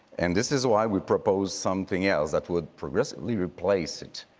and this is why we propose something else that would progressively replace it.